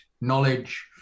knowledge